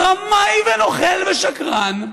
רמאי ונוכל ושקרן,